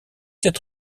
sept